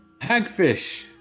Hagfish